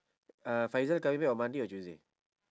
uh faizah coming back on monday or tuesday